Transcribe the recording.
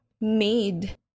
made